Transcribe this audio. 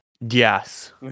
yes